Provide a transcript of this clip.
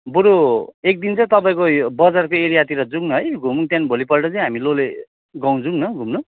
बरू एकदिन चाहिँ तपाईँको बजारको एरियातिर जाउँ न है घुमौँ त्यहाँदेखि भोलिपल्ट चाहिँ हामी लोले गाउँ जाउँ न घुम्नु